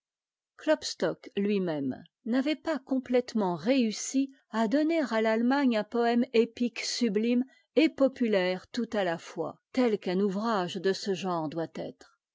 klopstock lui-même n'avait pas complétement réussi à donner à l'allemagne un poème épique sublime et populaire tout à la fois tel qu'un ouvrage de ce genre doit être